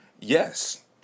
yes